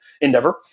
endeavor